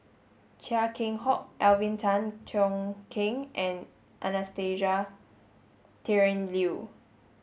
Chia Keng Hock Alvin Tan Cheong Kheng and Anastasia Tjendri Liew